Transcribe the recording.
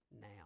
now